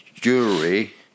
jewelry